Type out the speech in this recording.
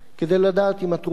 כדי לדעת אם התרופה,